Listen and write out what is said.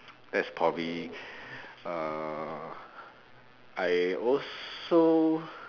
that's probably uh I also